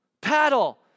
paddle